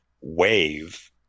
wave